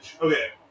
Okay